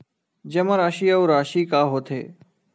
जमा राशि अउ राशि का होथे?